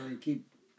keep